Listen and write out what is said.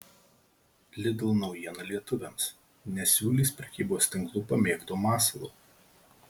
lidl naujiena lietuviams nesiūlys prekybos tinklų pamėgto masalo